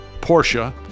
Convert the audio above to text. Porsche